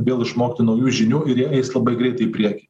vėl išmokti naujų žinių ir jie eis labai greitai į priekį